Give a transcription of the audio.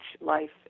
life